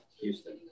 houston